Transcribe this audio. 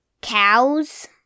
cows